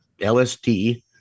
LSD